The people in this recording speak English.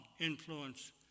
influence